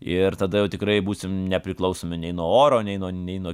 ir tada jau tikrai būsim nepriklausomi nei nuo oro nei nuo nei nuo